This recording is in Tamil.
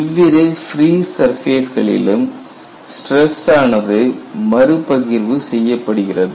இவ்விரு ஃப்ரீ சர்பேஸ் களிலும் ஸ்டிரஸ் ஆனது மறு பகிர்வு செய்யப்படுகிறது